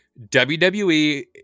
WWE